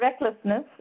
recklessness